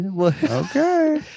Okay